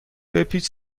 بپیچ